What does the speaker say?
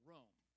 Rome